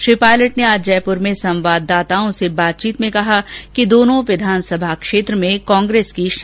श्री पायलट ने आज जयपुर में संवाददाताओं से बातचीत में कहा कि दोनों विधानसभा क्षेत्र में कांग्रेस की शानदार जीत होगी